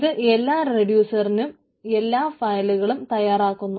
അത് എല്ലാ റെഡ്യൂസറിനും എല്ലാ ഫയലുകളും തയ്യാറാക്കുന്നു